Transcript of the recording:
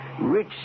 rich